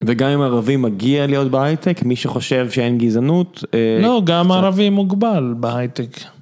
וגם אם ערבי מגיע להיות בהייטק, מי שחושב שאין גזענות... לא, גם ערבי מוגבל בהייטק.